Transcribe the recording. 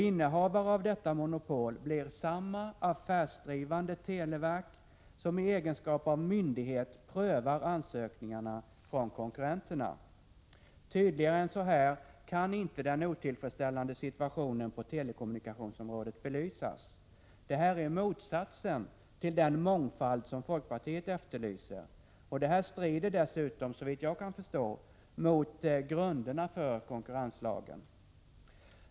Innehavare av detta monopol blir samma affärsdrivande televerk som i egenskap av myndighet prövar ansökningarna från konkurrenterna. Tydligare än så här kan inte den otillfredsställande situationen på telekommunikationsområdet belysas. Det är motsatsen till den mångfald som folkpartiet efterlyser. Och det strider dessutom, såvitt jag kan förstå, mot grunderna för konkurrenslagen.